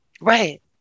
Right